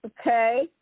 Okay